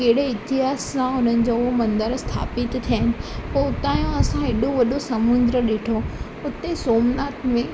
कहिड़े इतिहास सां हुननि जो उहो मंदर स्थापित थियनि पोइ हुतां जो असां हेॾो वॾो समुंडु ॾिठो हुते सोमनाथ में